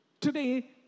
Today